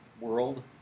world